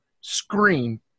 screen